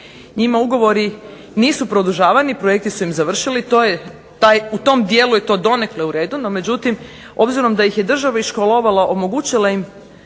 Njima ugovori nisu produžavani, projekti su im završili, to je u tom dijelu donekle uredu. No međutim, obzirom da ih je država iškolovala omogućila im